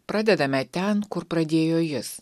pradedame ten kur pradėjo jis